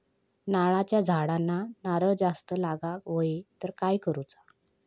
नारळाच्या झाडांना नारळ जास्त लागा व्हाये तर काय करूचा?